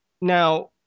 Now